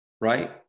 right